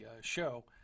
show